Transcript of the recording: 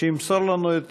שימסור לנו את